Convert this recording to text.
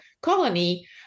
colony